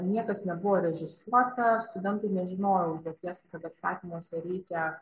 niekas nebuvo režisuota studentai nežinojo užduoties kad atsakymuose reikia